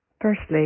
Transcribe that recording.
Firstly